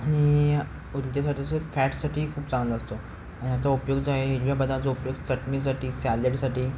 आणि उर्जेसाठी फॅटसाठी खूप चांगला असतो याचा उपयोग जो आहे हिरव्या बदामचा उपयोग चटणीसाठी सॅलेडसाठी